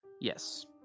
Yes